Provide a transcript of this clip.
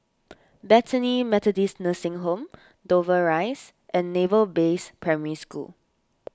Bethany Methodist Nursing Home Dover Rise and Naval Base Primary School